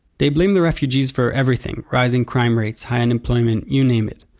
they blame the refugees for everything, rising crime rates, high unemployment, you name it.